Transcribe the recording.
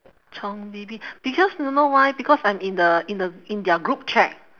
从：cong maybe because you know why because I'm in the in the in their group chat